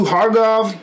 Hargov